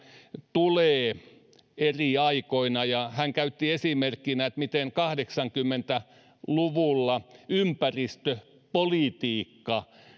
tulee eri aikoina ja hän käytti esimerkkinä sitä miten kahdeksankymmentä luvulla ympäristöpolitiikka